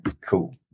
cool